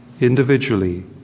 individually